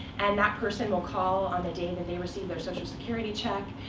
and that person will call on the day that they receive their social security check.